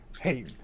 hey